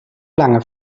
lange